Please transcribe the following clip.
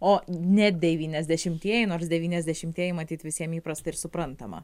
o ne devyniasdešimtieji nors devyniasdešimtieji matyt visiem įprasta ir suprantama